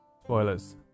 spoilers